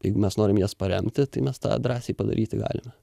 jeigu mes norim jas paremti tai mes tą drąsiai padaryti galime